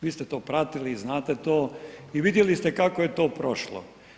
Vi ste to pratili i znate to i vidjeli ste kako je to prošlo.